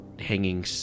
hanging